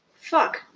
fuck